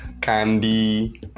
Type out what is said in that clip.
candy